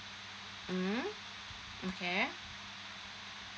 mm okay